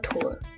tour